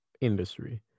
industry